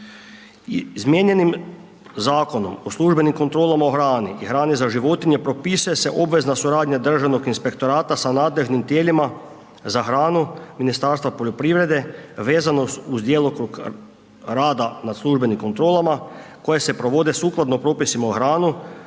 Izmijenjenim Zakonom o službenim kontrolama o hrani i hrani za životinje propisuje se obvezna suradnja Državnog inspektorata sa nadležnim tijelima za hranu Ministarstva poljoprivrede vezano uz djelokrug rada nad službenim kontrolama koje se provode sukladno propisima o hrani